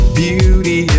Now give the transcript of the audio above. beauty